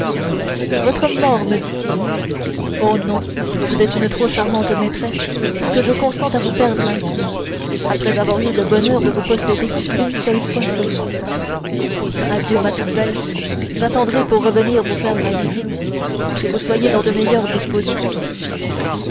votre mort me dit-il oh non vous êtes une trop charmante maîtresse pour que je consente à vous perdre ainsi après avoir eu le bonheur de vous posséder une seule fois seulement adieu ma toute belle j'attendrai pour revenir vous faire ma visite que vous soyez dans de meilleures dispositions